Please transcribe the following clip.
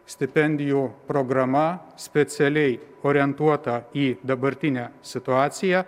stipendijų programa specialiai orientuota į dabartinę situaciją